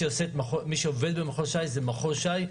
מי שעובד במחוז ש"י זה מחוז ש"י.